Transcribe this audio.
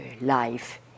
life